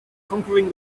conquering